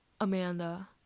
Amanda